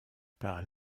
par